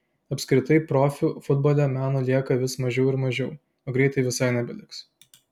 apskritai profių futbole meno lieka vis mažiau ir mažiau o greitai visai nebeliks